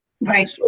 Right